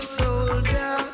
soldier